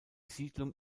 siedlung